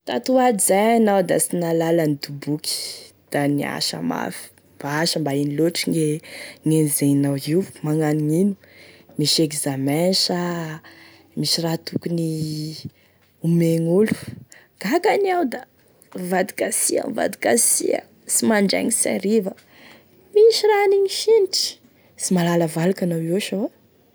Tato ato zay anao da sy nahalala nidoboky da niasa mafy, va sa mba ino lotry gne gne enzehinao io, magnano ino, misy examen sa misy raha tokony omegn'olo, gaga an'iaho da mivadiky asia mivadiky asia, sy mandraigny sy hariva, misy raha hanigny sinitry, sy mahalala valaky anao io eo sa oa.